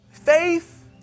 faith